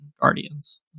Guardians